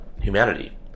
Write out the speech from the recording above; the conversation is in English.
humanity